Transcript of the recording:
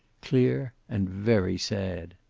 clear, and very sad.